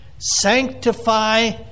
Sanctify